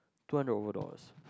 two hundred over dollars